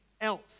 else